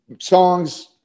songs